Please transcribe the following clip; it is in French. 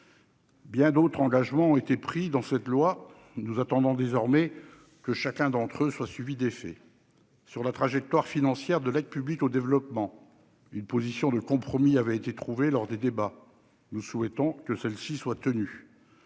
Bien d'autres engagements ont été pris dans cette loi. Nous attendons désormais que chacun d'entre eux soit suivi d'effet ... Sur la trajectoire financière de l'aide publique au développement, une position de compromis avait été trouvée lors des débats. Nous souhaitons que celle-ci soit